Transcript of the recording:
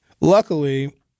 luckily